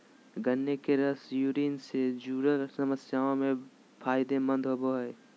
गन्ने के रस यूरिन से जूरल समस्याओं में फायदे मंद होवो हइ